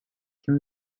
can